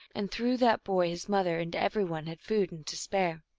and through that boy his mother and every one had food and to spare.